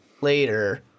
later